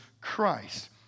Christ